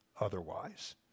otherwise